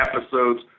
episodes